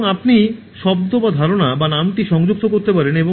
এবং আপনি শব্দ বা ধারণা বা নামটি সংযুক্ত করতে পারেন